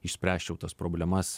išspręsčiau tas problemas